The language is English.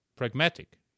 Pragmatic